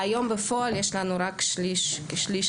והיום בפועל יש לנו רק כשליש מהרצוי.